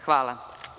Hvala.